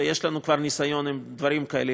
ויש לנו כבר ניסיון עם דברים כאלה.